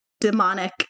demonic